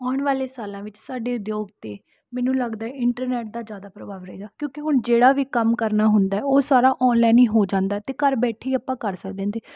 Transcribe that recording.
ਆਉਣ ਵਾਲੇ ਸਾਲਾਂ ਵਿੱਚ ਸਾਡੇ ਉਦਯੋਗ 'ਤੇ ਮੈਨੂੰ ਲੱਗਦਾ ਹੈ ਇੰਟਰਨੈੱਟ ਦਾ ਜ਼ਿਆਦਾ ਪ੍ਰਭਾਵ ਰਹੇਗਾ ਕਿਉਂਕਿ ਹੁਣ ਜਿਹੜਾ ਵੀ ਕੰਮ ਕਰਨਾ ਹੁੰਦਾ ਉਹ ਸਾਰਾ ਆਨਲਾਈਨ ਹੀ ਹੋ ਜਾਂਦਾ ਅਤੇ ਘਰ ਬੈਠੇ ਹੀ ਆਪਾਂ ਕਰ ਸਕਦੇ ਅਤੇ